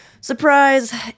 surprise